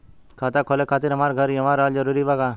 खाता खोले खातिर हमार घर इहवा रहल जरूरी बा का?